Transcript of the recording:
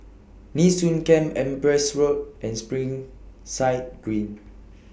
Nee Soon Camp Empress Road and Springside Green